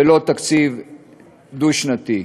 ולא תקציב דו-שנתי.